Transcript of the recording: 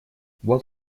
вот